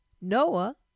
Noah